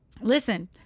listen